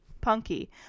Punky